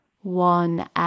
One